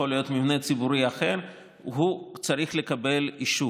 יכול להיות מבנה ציבורי אחר, צריך לקבל אישור.